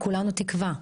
כולנו תקווה.